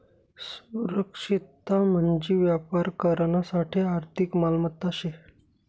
सुरक्षितता म्हंजी व्यापार करानासाठे आर्थिक मालमत्ता शे